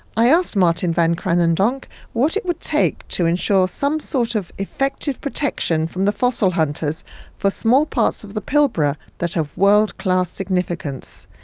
i asked martin van kranendonk what it would take to ensure some sort of effective protection from the fossil hunters for small parts of the pilbara that have world-class significance,